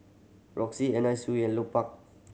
Roxy Anna Sui and Lupark